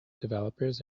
developers